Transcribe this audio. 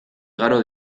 igaro